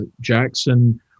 Jackson